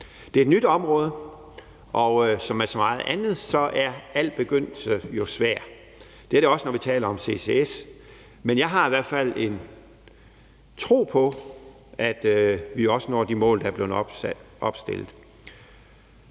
Det er et nyt område, og som med så meget andet er al begyndelse jo svær. Det er det også, når vi taler om ccs, men jeg har i hvert fald en tro på, at vi også når de mål, der er blevet opstillet.